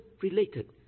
related